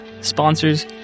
sponsors